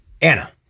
Anna